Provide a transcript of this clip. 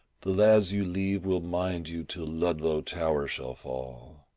the lads you leave will mind you till ludlow tower shall fall.